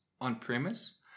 on-premise